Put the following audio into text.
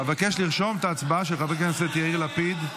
אבקש לרשום את ההצבעה של חבר הכנסת יאיר לפיד.